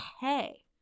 hey